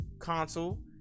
console